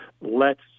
lets